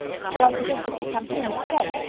so i suggested we come here instead,